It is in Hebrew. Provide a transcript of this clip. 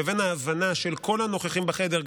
לבין ההבנה של כל הנוכחים בחדר,